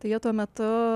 tai jie tuo metu